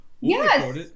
Yes